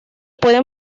pueden